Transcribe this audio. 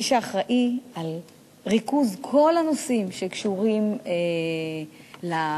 מי שאחראי על ריכוז כל הנושאים שקשורים לערבים,